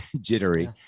jittery